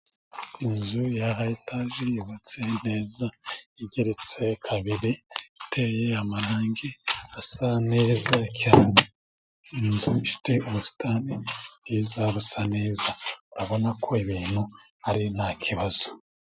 Inzu ya itaje yubatse neza, igeretse kabiri iteye amarangi asa neza cyane. Inzu ifite ubusitani bwiza busa neza, urabona ko ibintu ari nta kibazo.